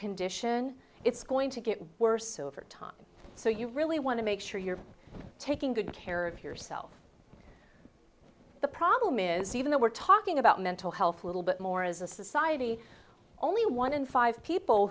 condition it's going to get worse over time so you really want to make sure you're taking good care of yourself the problem is even though we're talking about mental health a little bit more as a society only one in five people